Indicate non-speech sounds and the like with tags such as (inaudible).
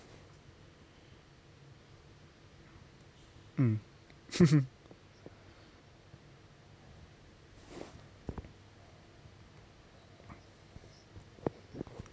mm (laughs)